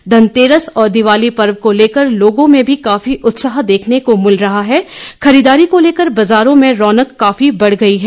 धनतेरस और दीवाली पर्व को लेकर लोगों में भी काफी उत्साह देखने को मिल रहा है खरीदारी को लेकर बाजारों में रौनक काफी बढ़ गई है